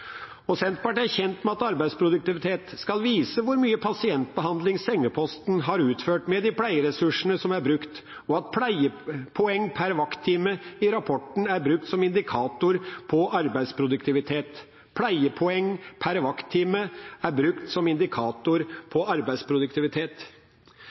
og tjenester. Senterpartiet er kjent med at arbeidsproduktivitet skal vise hvor mye pasientbehandling sengeposten har utført med de pleieressursene som er brukt, og at pleiepoeng per vakttime i rapporten er brukt som indikator på arbeidsproduktivitet. I undersøkelsen er det brukt